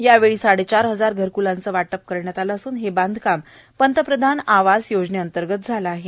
यावेळी साडेचार हजार घरकलांचं वाटप करण्यात आलं असून हे बांधकाम पंतप्रधान आवास योजनेअंतर्गत झाला आहे